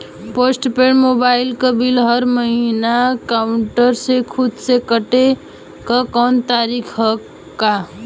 Post paid mobile क bill हर महिना एकाउंट से खुद से कटे क कौनो तरीका ह का?